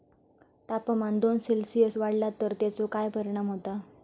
तापमान दोन सेल्सिअस वाढला तर तेचो काय परिणाम होता?